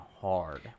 hard